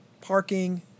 parking